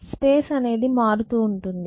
space అనేది మారుతూ ఉంటుంది